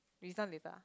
this one later ah